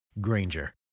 Granger